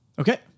Okay